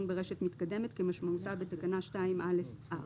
ברשת מתקדמת - כמשמעותה בתקנה 2(א)(4)".